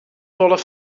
wolle